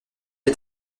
est